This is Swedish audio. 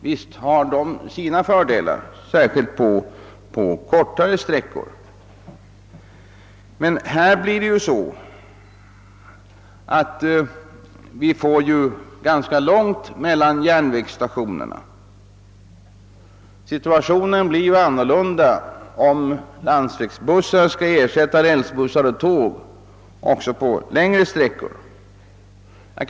Visst har de sina fördelar, särskilt på kor tare sträckor. SJ:s planer kommer emellertid att innebära att avstånden mellan järnvägsstationerna blir ganska långa. Situationen blir en annan om landsvägsbussar skall ersätta rälsbussar och tåg även på längre sträckor.